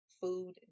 food